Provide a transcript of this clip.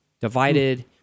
Divided